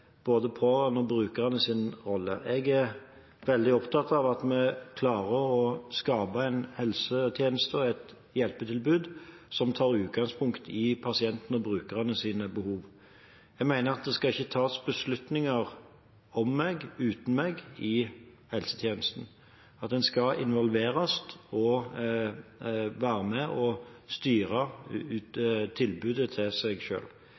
både pårørende og brukernes rolle. Jeg er veldig opptatt av at vi klarer å skape en helsetjeneste og et hjelpetilbud som tar utgangspunkt i pasientenes og brukernes behov. Jeg mener at det ikke skal tas beslutninger i helsetjenesten om meg uten meg – at en skal involveres og være med og styre tilbudet til